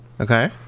Okay